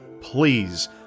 please